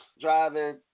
driving